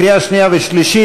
לקריאה שנייה ושלישית.